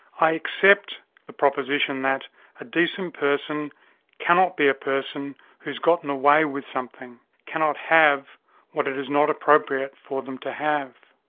i accept the proposition that a decent person cannot be a person who's gotten away with something, cannot have what it is not appropriate for them to have.